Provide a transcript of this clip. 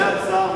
למרבה הצער,